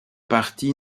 parti